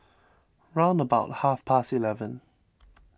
round about half past eleven